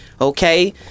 Okay